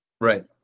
right